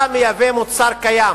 אתה מייבא מוצר קיים.